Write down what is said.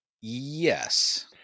Yes